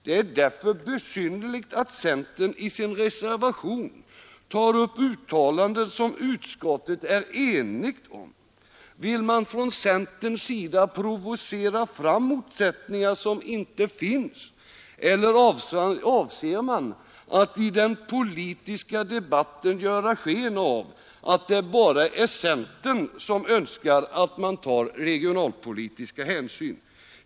Det är därför besynnerligt att centern i sin reservation tar upp uttalanden som utskottet är enigt om. Vill man från centerns sida provocera fram motsättningar som inte finns, eller avser man att i den politiska debatten göra sken av att det bara är centern som vill ta regionalpolitiska hänsyn?